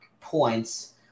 points